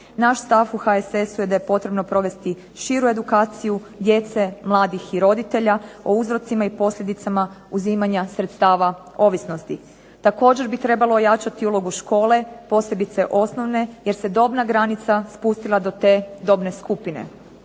Naš stav u HSS-u je da je potrebno provesti širu edukaciju djece, mladih i roditelja o uzrocima i posljedicama uzimanja sredstava ovisnosti. Također bi trebalo ojačati ulogu škole, posebice osnovne jer se dobna granica spustila do te dobne skupine.